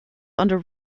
under